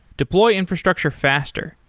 deploy infrastructure faster.